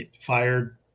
fired